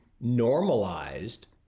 normalized